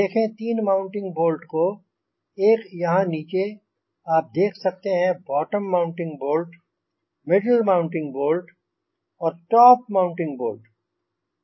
देखें 3 mounting bolt को एक यहाँ नीचे आप देख सकते हैं bottom mounting bolt middle mounting bolt और टॉप माउंटिंग बोल्ट